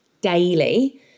daily